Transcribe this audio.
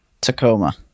Tacoma